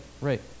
right